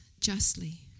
justly